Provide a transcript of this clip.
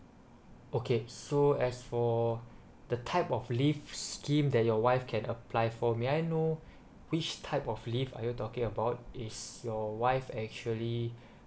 okay so as for the type of leave scheme that your wife can apply for may I know which type of leave are you talking about is your wife actually